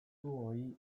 zuoi